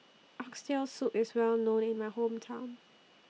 Oxtail Soup IS Well known in My Hometown